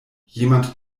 jemand